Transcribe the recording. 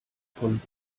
von